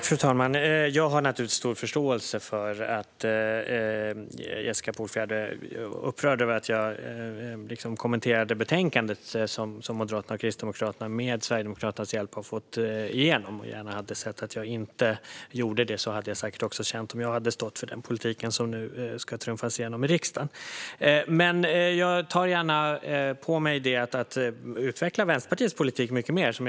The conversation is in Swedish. Fru talman! Jag har naturligtvis stor förståelse för att Jessica Polfjärd är upprörd över att jag kommenterade det betänkande som Moderaterna och Kristdemokraterna har fått igenom med hjälp av Sverigedemokraterna. Hon hade säkert gärna sett att jag inte gjorde det. Så hade jag förmodligen också känt om jag hade stått för den politik som nu ska trumfas igenom i riksdagen. Jag tar gärna på mig uppgiften att utveckla hur Vänsterpartiets politik ser ut.